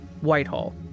Whitehall